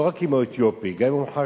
לא רק אם הוא אתיופי, גם אם הוא חרדי.